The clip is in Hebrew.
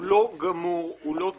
הוא לא גמור, הוא לא תפור.